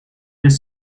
his